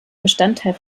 bestandteil